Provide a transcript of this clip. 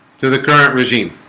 to the current regime